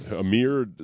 Amir